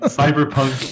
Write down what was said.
cyberpunk